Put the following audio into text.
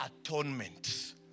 Atonement